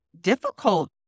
difficult